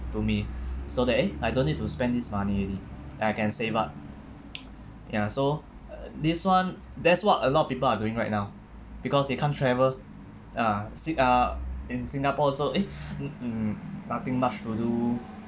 to me so that eh I don't need to spend this money already I can save up ya so uh uh this one that's what a lot of people are doing right now because you can't travel ah sing~ uh in singapore also eh mm mm nothing much to do